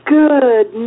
good